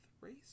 race